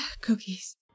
cookies